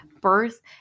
birth